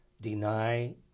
deny